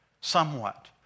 somewhat